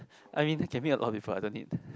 I mean can meet a lot of people I don't need